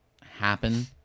happen